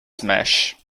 smash